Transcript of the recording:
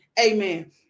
amen